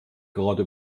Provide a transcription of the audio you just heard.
gerade